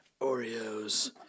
Oreos